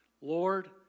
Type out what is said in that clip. Lord